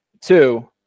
Two